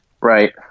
Right